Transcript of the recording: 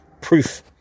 proof